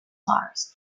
stars